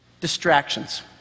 Distractions